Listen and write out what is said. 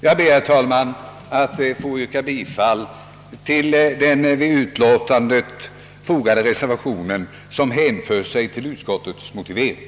Jag ber att få yrka bifall till den vid utlåtandet fogade reservationen, som hänför sig till utskottets motivering.